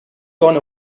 gone